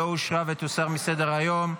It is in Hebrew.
התשפ"ד 2024,